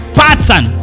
pattern